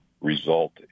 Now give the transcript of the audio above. result